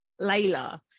Layla